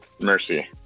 mercy